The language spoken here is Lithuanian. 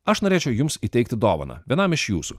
aš norėčiau jums įteikti dovaną vienam iš jūsų